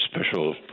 special